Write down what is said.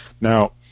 Now